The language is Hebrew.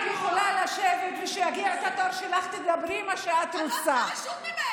אני לא הולכת לשום מקום.